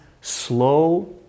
slow